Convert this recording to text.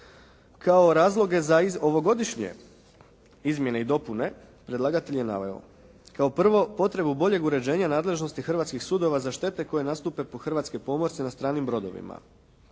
Kao razloge za ovogodišnje izmjene i dopune predlagatelj je naveo kao prvo potrebu boljeg uređenja nadležnosti hrvatskih sudova za štete koje nastupe po hrvatske pomorce na stranim brodovima.